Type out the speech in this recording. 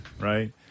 right